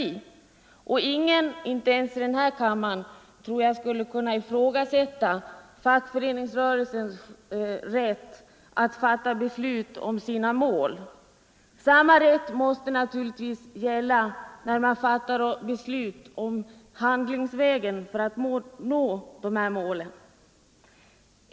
Jag tror väl att ingen, inte ens någon i denna kammare, vill ifrågasätta fackföreningsrörelsens rätt att fatta beslut om sina mål. Och samma rätt måste naturligtvis gälla när man fattar beslut om handlingsvägen för att nå dessa mål.